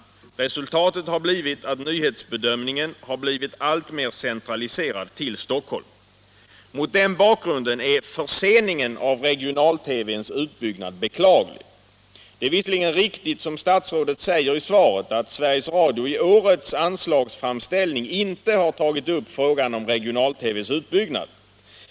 Resultatet har blivit att nyhetsbedömningen alltmer centraliserats till Stockholm. Mot den bakgrunden är förseningen av regional-TV:ns utbyggnad beklaglig. Det är visserligen riktigt som statsrådet säger i sitt svar, att Sveriges Radio i årets anslagsframställning inte tagit upp frågan om regional TV:s utbyggnad.